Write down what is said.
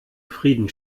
frieden